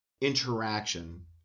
interaction